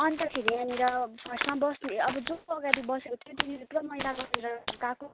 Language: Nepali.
अन्तखेरि यहाँनिर फर्स्टमा बस्ने अब जो अगाडि बसेको थियो तिनीहरूले पूरा मैला गरेर गएको